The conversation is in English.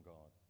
God